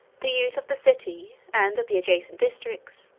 the youth of the city, and of the adjacent districts,